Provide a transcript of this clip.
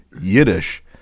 Yiddish